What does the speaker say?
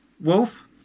Wolf